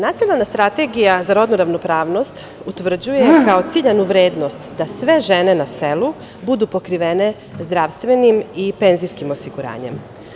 Nacionalna strategija za rodnu ravnopravnost utvrđuje kao ciljanu vrednost da sve žene na selu budu pokrivene zdravstvenim i penzijski osiguranjem.